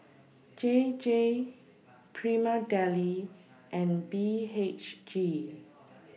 J J Prima Deli and B H G